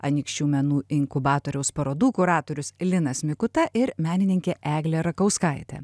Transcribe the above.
anykščių menų inkubatoriaus parodų kuratorius linas mikuta ir menininkė eglė rakauskaitė